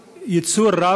לא יהיו פה